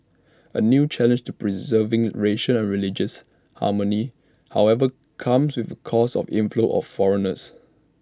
A new challenge to preserving racial and religious harmony however comes with close of inflow of foreigners